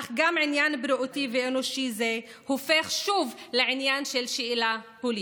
אך גם עניין בריאותי ואנושי זה הופך שוב לעניין של שאלה פוליטית.